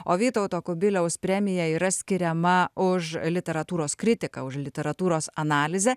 o vytauto kubiliaus premija yra skiriama už literatūros kritiką už literatūros analizę